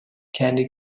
candy